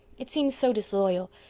it seems so disloyal.